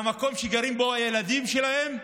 והמקום שגרים בו הילדים שלהם,